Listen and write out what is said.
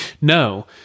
No